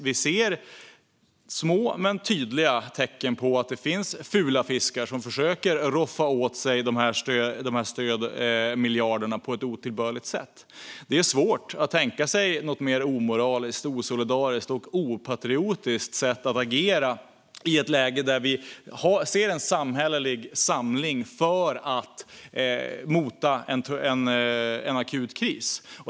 Vi ser små men tydliga tecken på att det finns fula fiskar som försöker roffa åt sig miljarderna på ett otillbörligt sätt. Det är svårt att tänka sig något mer omoraliskt, osolidariskt och opatriotiskt sätt att agera på i ett läge där vi ser en samhällelig samling för att mota en akut kris.